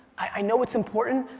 i know it's important,